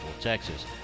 Texas